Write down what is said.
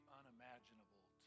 unimaginable